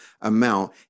amount